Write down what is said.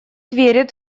верит